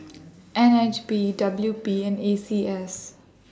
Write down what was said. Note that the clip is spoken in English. N H B W P and A C S